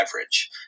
average